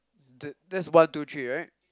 th~ that's one two three right